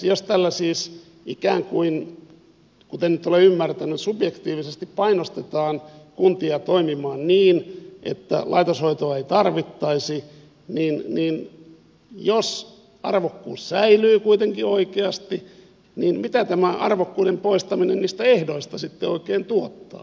jos tällä siis ikään kuin kuten nyt olen ymmärtänyt subjektiivisesti painostetaan kuntia toimimaan niin että laitoshoitoa ei tarvittaisi niin jos arvokkuus säilyy kuitenkin oikeasti niin mitä tämä arvokkuuden poistaminen niistä ehdoista sitten oikein tuottaa